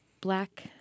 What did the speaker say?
Black